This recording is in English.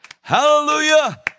Hallelujah